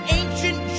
ancient